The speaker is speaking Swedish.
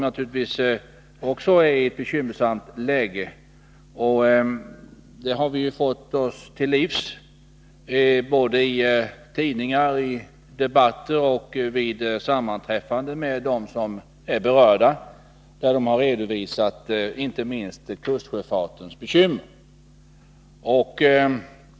Att den också är i ett bekymmersamt läge har vi ju fått oss till livs i tidningar, i debatter och vid sammanträffanden med dem som är berörda.